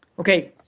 okay.